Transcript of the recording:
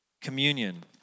communion